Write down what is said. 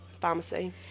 pharmacy